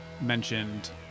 mentioned